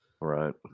Right